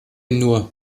nur